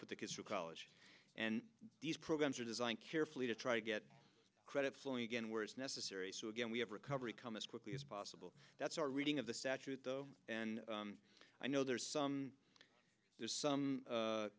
put the kids through college and these programs are designed carefully to try to get credit flowing again where it's necessary so again we have recovery come as quickly as possible that's our reading of the statute and i know there's some there's some